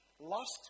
lost